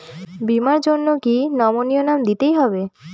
বীমার জন্য কি নমিনীর নাম দিতেই হবে?